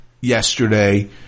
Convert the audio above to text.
yesterday